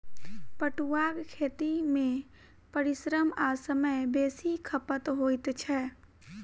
पटुआक खेती मे परिश्रम आ समय बेसी खपत होइत छै